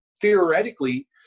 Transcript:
theoretically